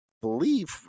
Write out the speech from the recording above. believe